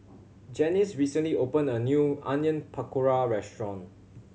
Janyce recently opened a new Onion Pakora Restaurant